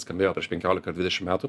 skambėjo prieš penkiolika ar dvidešim metų